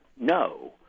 no